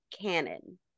canon